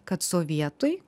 kad sovietai